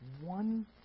One